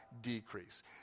decrease